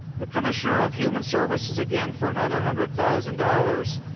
the commissioner of human services again for another hundred thousand dollars.